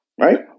right